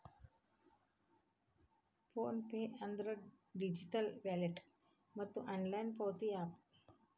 phone pay ಅಂದ್ರ digital wallet ಮತ್ತ online ಪಾವತಿ ಯಾಪ್